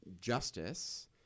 justice –